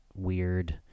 weird